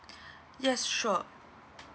yes sure